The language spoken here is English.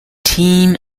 team